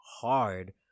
hard